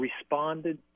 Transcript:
responded